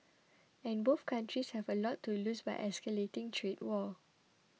and both countries have a lot to lose by escalating trade war